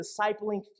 discipling